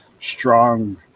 strong